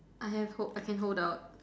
I have I can hold out